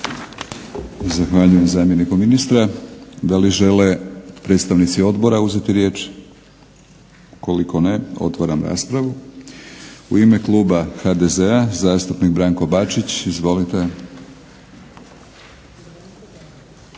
Zahvaljujem zamjeniku ministra. Da li žele predstavnici odbora uzeti riječ? Ukoliko ne, otvaram raspravu. U ime kluba HDZ-a zastupnik Branko Bačić, izvolite.